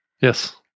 Yes